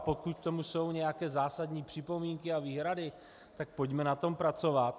Pokud k tomu jsou nějaké zásadní připomínky a výhrady, tak pojďme na tom pracovat.